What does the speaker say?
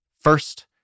First